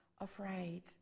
afraid